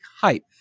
hype